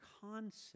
concept